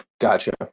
gotcha